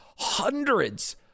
hundreds